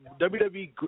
WWE